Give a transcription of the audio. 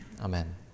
Amen